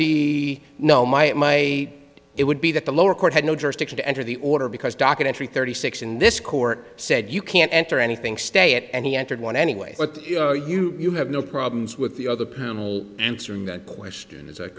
d no my it my it would be that the lower court had no jurisdiction to enter the order because documentary thirty six in this court said you can't enter anything stay it and he entered one anyway but you you have no problems with the other panel answering that question is